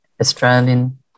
Australian